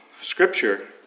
scripture